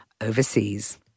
overseas